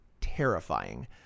terrifying